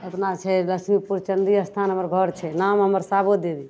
ओतना छै लछमीपुर चण्डी अस्थान हमर घर छै नाम हमर सावो देवी